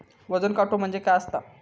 वजन काटो म्हणजे काय असता?